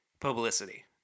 publicity